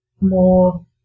more